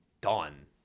done